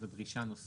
זו דרישה נוספת?